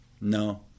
no